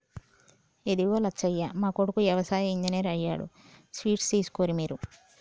ఇదిగో లచ్చయ్య మా కొడుకు యవసాయ ఇంజనీర్ అయ్యాడు స్వీట్స్ తీసుకోర్రి మీరు